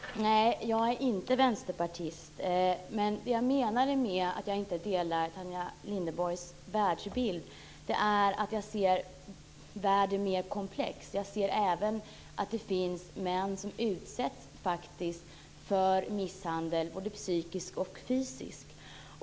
Fru talman! Nej, jag är inte vänsterpartist. Vad jag menade med att jag inte delar Tanja Linderborgs världsbild är att jag ser världen mer komplex. Jag ser att det även finns män som utsätts för misshandel både psykisk och fysisk.